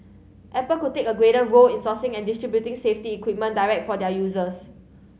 apple could take a greater role in sourcing and distributing safety equipment direct for their users